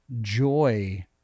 joy